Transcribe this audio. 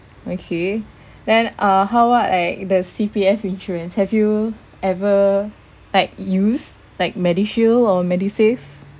okay then uh how what like the C_P_F insurance have you ever like used like medishield or medisave